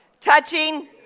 touching